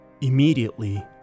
Immediately